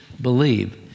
believe